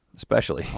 especially.